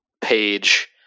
page